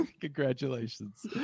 Congratulations